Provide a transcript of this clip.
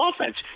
offense